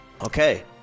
Okay